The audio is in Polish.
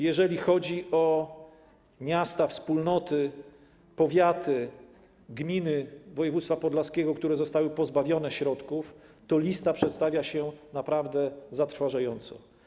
Jeżeli chodzi o miasta, wspólnoty, powiaty, gminy województwa podlaskiego, które zostały pozbawione środków, to lista przedstawia się naprawdę zatrważająco.